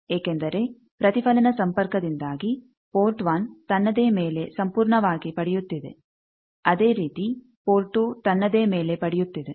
ಏಕೆಂದರೆ ಪ್ರತಿಫಲನ ಸಂಪರ್ಕದಿಂದಾಗಿ ಪೋರ್ಟ್ 1 ತನ್ನದೇ ಮೇಲೆ ಸಂಪೂರ್ಣವಾಗಿ ಪಡೆಯುತ್ತಿದೆ ಅದೇ ರೀತಿ ಪೋರ್ಟ್ 2 ತನ್ನದೇ ಮೇಲೆ ಪಡೆಯುತ್ತಿದೆ